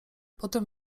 potem